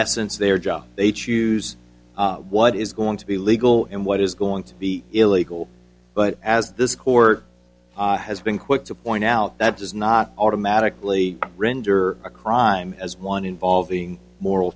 essence their job they choose what is going to be legal and what is going to be illegal but as this court has been quick to point out that does not automatically render a crime as one involving moral